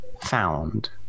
found